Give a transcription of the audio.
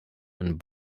and